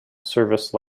service